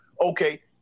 okay